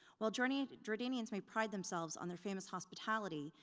while jordanians jordanians may pride themselves on their famous hospitality,